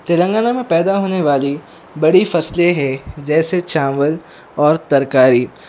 تلنگانہ میں پیدا ہونے والی بڑی فصلیں ہے جیسے چاول اور ترکاری